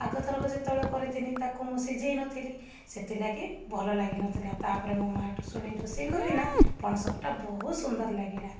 ଆଗଥରକ ଯେତେବଳେ କରିଥିଲି ତାକୁ ମୁଁ ସିଝାଇନଥିଲି ସେଥିଲାଗି ଭଲ ଲାଗିନଥିଲା ତା ପରେ ମୋ ମାଆଠୁ ଶୁଣିକି ରୋଷେଇ କଲି ନା ପଣସକଠା ବହୁତ ସୁନ୍ଦର ଲାଗିଲା